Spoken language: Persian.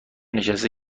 نشسته